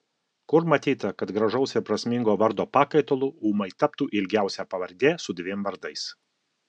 kur matyta kad gražaus ir prasmingo vardo pakaitalu ūmai taptų ilgiausia pavardė su dviem vardais